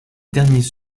derniers